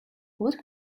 what